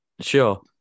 Sure